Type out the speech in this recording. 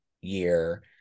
year